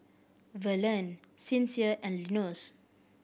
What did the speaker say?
Verlene Sincere and Linus